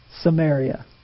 Samaria